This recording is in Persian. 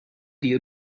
دیر